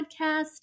podcast